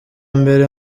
mbere